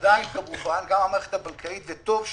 עדיין, גם המערכת הבנקאית, וטוב שכך,